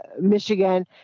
Michigan